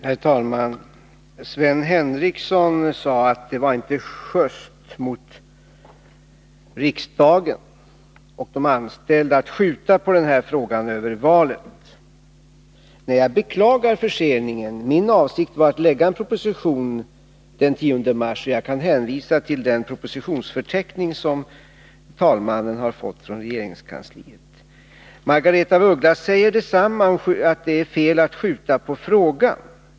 Herr talman! Sven Henricsson sade att det inte var just mot riksdagen och de anställda inom Statsföretag att skjuta på denna fråga över valet. Jag beklagar förseningen. Min avsikt var att lägga fram en proposition den 10 mars — jag kan hänvisa till den propositionsförteckning som talmannen har fått från regeringskansliet. Margaretha af Ugglas säger också att det är fel att skjuta på frågan.